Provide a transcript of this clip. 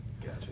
gotcha